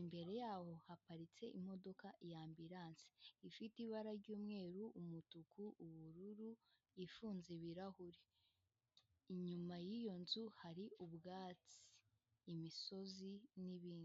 imbere yaho haparitse imodoka y'ambiranse, ifite ibara ry'umweru, umutuku, ubururu ifunze ibirahure, inyuma y'iyo nzu hari ubwatsi, imisozi n'ibindi.